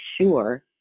sure